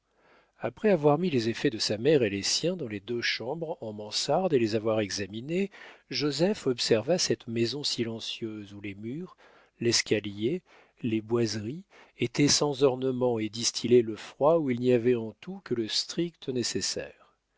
après avoir mis les effets de sa mère et les siens dans les deux chambres en mansarde et les avoir examinées joseph observa cette maison silencieuse où les murs l'escalier les boiseries étaient sans ornement et distillaient le froid où il n'y avait en tout que le strict nécessaire